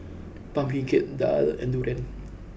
Pumpkin Cake Daal and Durian